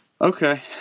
okay